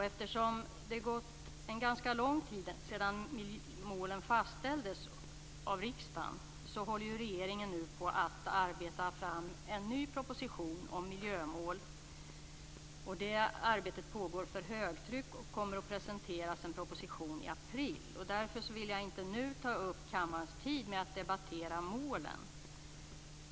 Eftersom det gått en ganska lång tid sedan målen fastställdes av riksdagen håller regeringen nu på att arbeta fram en ny proposition om miljömål. Det arbetet pågår för högtryck, och propositionen kommer att presenteras i april. Därför vill jag inte nu ta upp kammarens tid med att debattera målen.